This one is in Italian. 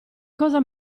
cosa